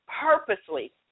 purposely